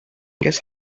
guess